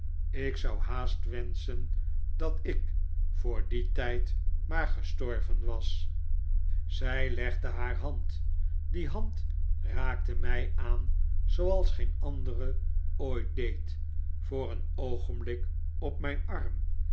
ik zou haast wenschen dat ik voor dien tijd maar gestorven was zij legde haar hand die hand raakte mij aan zooals geen andere ooit deed voor een oogenblik op mijn arm